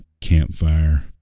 campfire